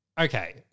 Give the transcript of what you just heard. okay